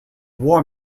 war